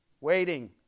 Waiting